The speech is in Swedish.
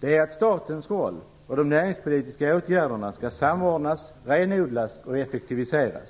är att statens roll och de näringspolitiska åtgärderna samordnas, renodlas och effektiviseras.